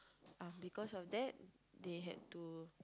uh because of that they had to